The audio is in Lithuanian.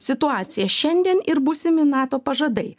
situacija šiandien ir būsimi nato pažadai